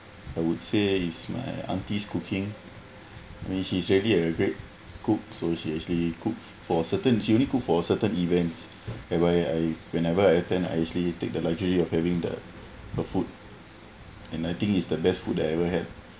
I would say is my auntie's cooking I mean she already a great cook so she actually cook for certain she only cook for certain events whereby I whenever I attend I actually take the luxury of having the the food and I think is the best food that I ever had